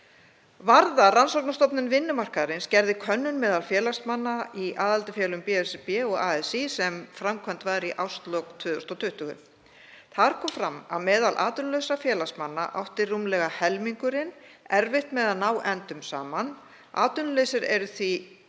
Varða, rannsóknastofnun vinnumarkaðarins, gerði könnun meðal félagsmanna í aðildarfélögum BSRB og ASÍ í árslok 2020. Þar kom fram að meðal atvinnulausra félagsmanna átti rúmlega helmingurinn erfitt með að ná endum saman. Atvinnulausir eru því